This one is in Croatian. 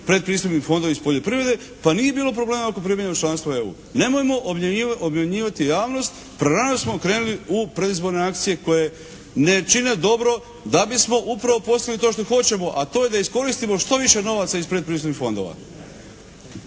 predpristupni fondovi iz poljoprivrede pa nije bilo problema oko primanja u članstvo EU. Nemojmo obmanjivati javnost, prerano smo krenuli u predizborne akcije koje ne čine dobro da bismo upravo postigli upravo to što hoćemo a to je da iskoristimo što više novaca iz predpristupnih fondova.